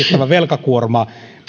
velkakuorma